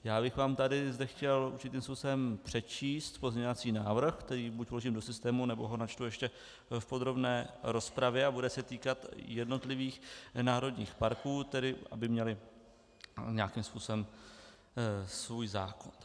Já bych vám tady zde chtěl určitým způsobem přečíst pozměňovací návrh, který buď vložím do systému, nebo ho načtu ještě v podrobné rozpravě a bude se týkat jednotlivých národních parků, tedy aby měly nějakým způsobem svůj zákon.